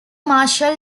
marshall